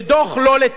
כשדוח לא לטעמם,